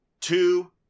two